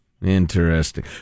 Interesting